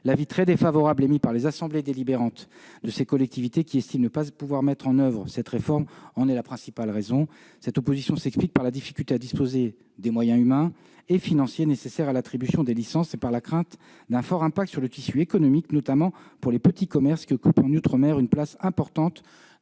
L'avis très défavorable émis par les assemblées délibérantes de ces collectivités, qui estiment ne pas pouvoir mettre en oeuvre cette réforme, en est la principale raison. Cette opposition s'explique par la difficulté à disposer des moyens humains et financiers nécessaires à l'attribution des licences et par la crainte d'une forte incidence sur le tissu économique, notamment pour les petits commerces, qui occupent outre-mer une place importante